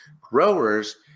Growers